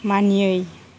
मानियै